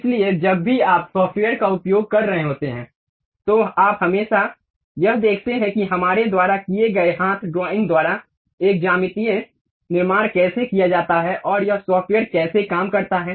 इसलिए जब भी आप सॉफ़्टवेयर का उपयोग कर रहे होते हैं तो आप हमेशा यह देखते हैं कि हमारे द्वारा किए गए हाथ ड्राइंग द्वारा एक ज्यामितीय निर्माण कैसे किया जाता है और यह सॉफ़्टवेयर कैसे काम करता है